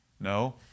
No